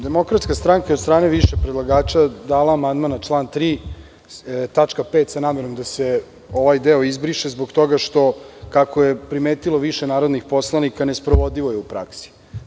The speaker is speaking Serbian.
Demokratska stranka je od strane više predlagača dala amandman na član 3. tačka 5. sa namerom da se ovaj deo izbriše zbog toga što, kako je primetilo više narodnih poslanika, nesprovodivo je u praksi.